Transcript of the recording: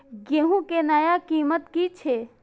गेहूं के नया कीमत की छे?